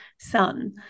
son